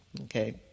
okay